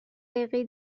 دقیقه